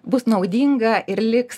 bus naudinga ir liks